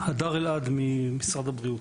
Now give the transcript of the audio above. הדר אלעד ממשרד הבריאות.